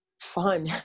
fun